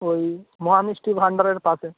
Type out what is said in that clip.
ওই মহা মিষ্টি ভাণ্ডারের পাশে